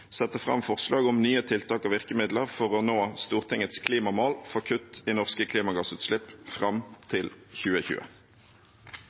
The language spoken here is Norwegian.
sette fram forslag om nye tiltak og virkemidler for å nå Stortingets klimamål for kutt i norske klimagassutslipp fram